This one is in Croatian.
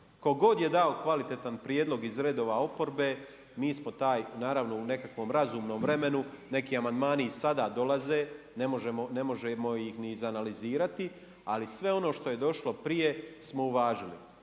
god je dao kvalitetan prijedlog iz redova oporbe, mi smo taj, naravno u nekakvom razumnom vremenu, neki amandmani i sada dolaze, ne možemo ih ni izanalizirati ali sve ono što je došlo prije smo uvažili